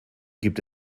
gibt